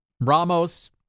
Ramos